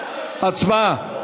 הצבעה.